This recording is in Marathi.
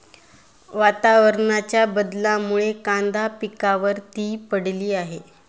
वातावरणाच्या बदलामुळे कांदा पिकावर ती पडली आहे